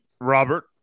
Robert